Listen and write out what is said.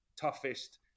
Toughest